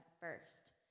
first